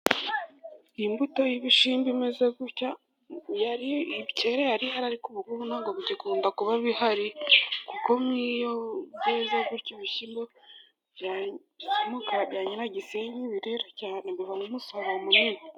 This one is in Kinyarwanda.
Imbuto y'ibishyimbo imeze gutya, yari, kera yari ihari ariko ubu ng'ubu ntabwo bikunda kuba bihari, kuko nk'iyo byeze gutyo ibishyimbo bya mukanyiragisenyi birera cyane, bivamo umusaruro munini.